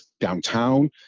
downtown